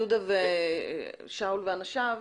יהודה ושאול ואנשיו,